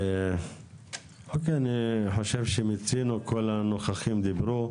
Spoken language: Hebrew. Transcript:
אני חושב שמיצינו כל הנוכחים דיברו,